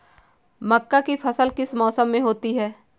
मक्का की फसल किस मौसम में होती है?